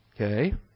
Okay